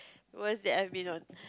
worst that I been on